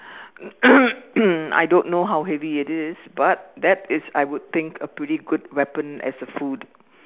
I don't know how heavy it is but that is I would think a pretty good weapon as a food